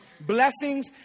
Blessings